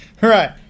Right